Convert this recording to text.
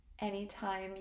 Anytime